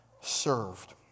served